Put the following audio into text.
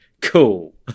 Cool